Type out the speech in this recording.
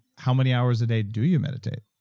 how many hours a day do you meditate?